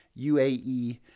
UAE